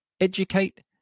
educate